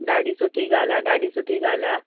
ॾाढी सुठी ॻाल्हि आहे ॾाढी सुठी ॻाल्हि आहे